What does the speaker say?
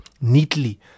neatly